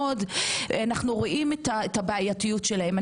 אנו רואים את הבעייתיות שלהם.